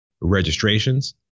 registrations